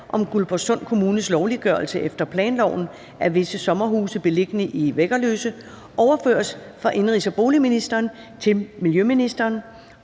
om Guldborgsund Kommunes lovliggørelse efter planloven af visse sommerhuse beliggende i Væggerløse overføres fra indenrigs- og boligministeren til miljøministeren,